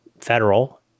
federal